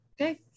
Okay